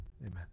Amen